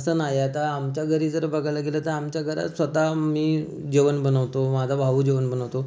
असं नाही आहे आता आमच्या घरी जर बघायला गेलं तर आमच्या घरात स्वतः मी जेवण बनवतो माझा भाऊ जेवण बनवतो